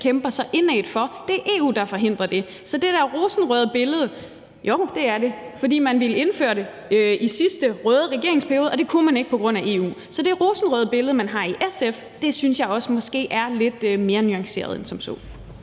kæmper så indædt for, er det EU der forhindrer. Jo, det er det; man ville indføre det i sidste røde regeringsperiode, og det kunne man ikke på grund af EU. Så det rosenrøde billede, man har i SF, synes jeg måske er lidt mere nuanceret end som så.